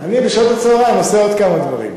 אני בשעות הצהריים עושה עוד כמה דברים.